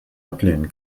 ablehnen